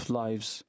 lives